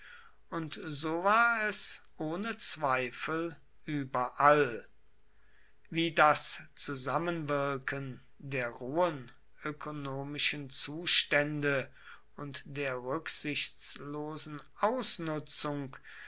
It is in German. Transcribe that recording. und so war es ohne zweifel überall wie das zusammenwirken der rohen ökonomischen zustände und der rücksichtslosen ausnutzung